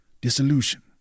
Dissolution